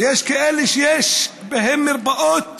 ויש כאלה שיש בהם מרפאות